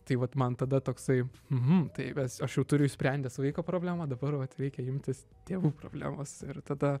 tai vat man tada toksai uhu tai es aš jau turiu išsprendęs vaiko problemą dabar vat reikia imtis tėvų problemos ir tada